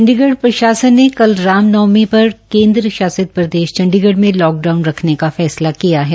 चंडीगढ़ प्रशासन ने कल राम नवमी पर केन्द्र शासित प्रदेश में लॉकडाउन रख्ने का फैसला किया है